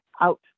out